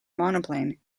monoplane